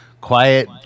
quiet